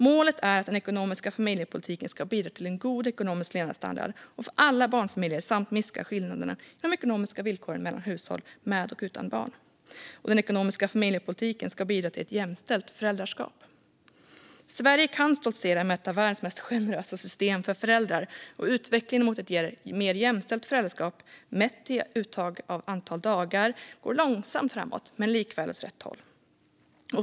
Målet är att den ekonomiska familjepolitiken ska bidra till en god ekonomisk levnadsstandard för alla barnfamiljer samt minska skillnaderna i de ekonomiska villkoren mellan hushåll med och utan barn. Den ekonomiska familjepolitiken ska bidra till ett jämställt föräldraskap. Sverige kan stoltsera med ett av världens mest generösa system för föräldrar. Utvecklingen mot ett mer jämställt föräldraskap, mätt i uttag av antal föräldradagar, går långsamt framåt men likväl åt rätt håll.